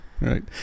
Right